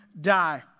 die